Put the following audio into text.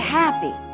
happy